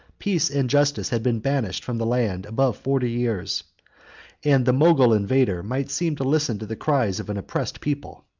peace and justice had been banished from the land above forty years and the mogul invader might seem to listen to the cries of an oppressed people.